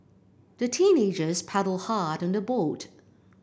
the teenagers paddled hard on their boat